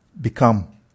become